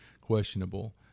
questionable